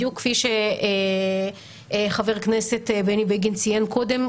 בדיוק כפי שחבר הכנסת בני בגין ציין קודם,